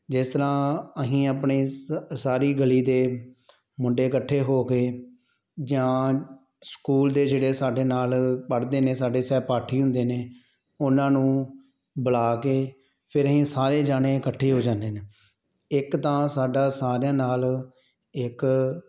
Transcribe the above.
ਜਿਸ ਤਰ੍ਹਾਂ ਅਸੀਂ ਆਪਣੀ ਇਸ ਸਾਰੀ ਗਲੀ ਦੇ ਮੁੰਡੇ ਇਕੱਠੇ ਹੋ ਕੇ ਜਾਂ ਸਕੂਲ ਦੇ ਜਿਹੜੇ ਸਾਡੇ ਨਾਲ ਪੜ੍ਹਦੇ ਨੇ ਸਾਡੇ ਸਹਿਪਾਠੀ ਹੁੰਦੇ ਨੇ ਉਹਨਾਂ ਨੂੰ ਬੁਲਾ ਕੇ ਫਿਰ ਅਸੀਂ ਸਾਰੇ ਜਾਣੇ ਇਕੱਠੇ ਹੋ ਜਾਂਦੇ ਨੇ ਇੱਕ ਤਾਂ ਸਾਡਾ ਸਾਰਿਆਂ ਨਾਲ ਇੱਕ